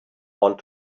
want